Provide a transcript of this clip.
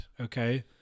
okay